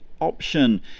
option